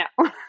no